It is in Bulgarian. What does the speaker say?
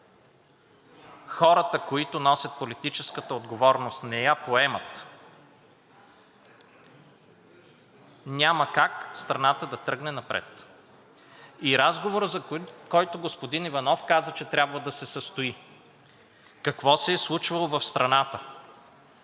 хората, които носят политическата отговорност, не я поемат, няма как страната да тръгне напред. И разговорът, за който господин Иванов каза, че трябва да се състои: какво се е случвало в страната,